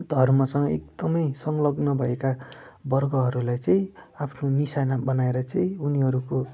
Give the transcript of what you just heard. धर्मसँग एकदमै संलग्न भएका वर्गहरूलाई चाहिँ आफ्नो निसाना बनाएर चाहिँ उनीहरूको